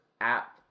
app